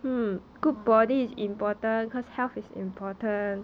mm